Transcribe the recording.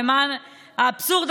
למרבה האבסורד,